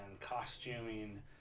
costuming